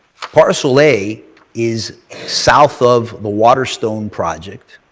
parcel a is south of the waterstone project.